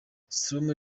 stormy